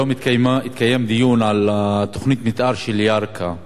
היום התקיים דיון על תוכנית המיתאר של ירכא,